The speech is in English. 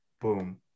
Boom